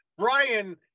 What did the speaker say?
Brian